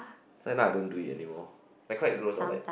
so now I don't do it anymore like quite gross ah like